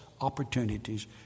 opportunities